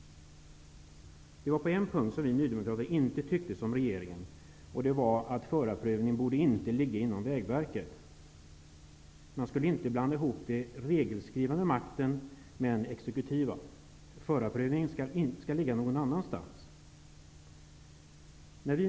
På en punkt tycker vi nydemokrater inte som regeringen, nämligen att förarprövningen inte borde ligga på Vägverket. Den regelskrivande makten skall inte blandas ihop med den exekutiva makten. Förarprövningen skall ligga någon annanstans.